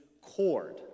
cord